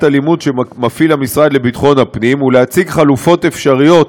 אלימות שמפעיל המשרד לביטחון הפנים ולהציג חלופות אפשריות,